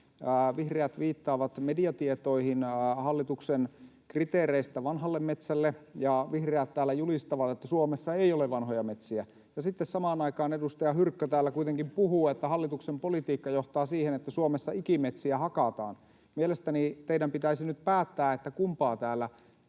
vihreät viittaavat mediatietoihin hallituksen kriteereistä vanhalle metsälle ja vihreät täällä julistavat, että Suomessa ei ole vanhoja metsiä. Ja sitten samaan aikaan edustaja Hyrkkö täällä kuitenkin puhuu, että hallituksen politiikka johtaa siihen, että Suomessa ikimetsiä hakataan. Mielestäni teidän pitäisi nyt päättää, kumpaa täällä